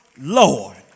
Lord